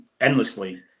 endlessly